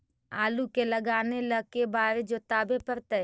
आलू के लगाने ल के बारे जोताबे पड़तै?